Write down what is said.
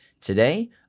today